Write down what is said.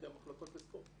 על ידי המחלקות לספורט.